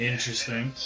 Interesting